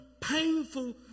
painful